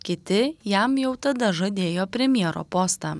kiti jam jau tada žadėjo premjero postą